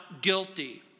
guilty